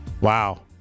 Wow